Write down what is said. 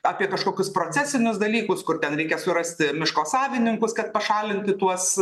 apie kažkokius procesinius dalykus kur ten reikia surasti miško savininkus kad pašalinti tuos